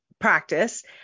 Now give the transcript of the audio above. Practice